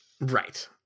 right